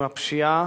עם הפשיעה,